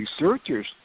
researchers